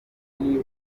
iyi